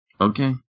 Okay